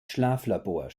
schlaflabor